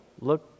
look